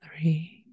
three